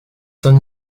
saint